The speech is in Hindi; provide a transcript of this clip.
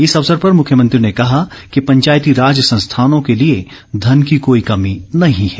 इस अवसर पर मुख्यमंत्री ने कहा कि पंचायती राज संस्थानों के लिए घन की कोई कमी नहीं है